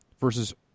versus